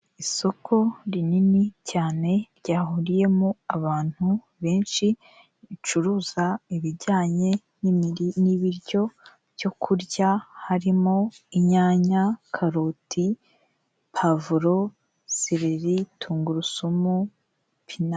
Isoko rinini cyane ryahuriyemo abantu benshi, ricuruza ibijyanye n'ibiryo byo kurya harimo inyanya, karoti, pavuro, sereri , tungurusumu, pina...